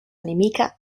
nemica